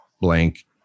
blank